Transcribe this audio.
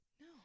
No